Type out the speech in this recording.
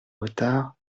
retard